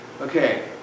okay